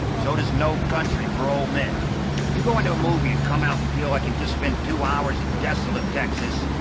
so does no country for old men. if you go into a movie and come out and feel like you have just spent two hours in desolate texas,